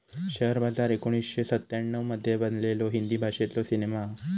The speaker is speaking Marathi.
शेअर बाजार एकोणीसशे सत्त्याण्णव मध्ये बनलेलो हिंदी भाषेतलो सिनेमा हा